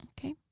Okay